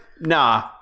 nah